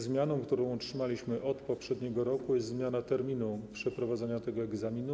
Zmianą, którą utrzymaliśmy od poprzedniego roku, jest zmiana terminu przeprowadzania tego egzaminu.